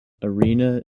arena